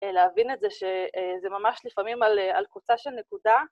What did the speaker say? להבין את זה שזה ממש לפעמים על קוצה של נקודה.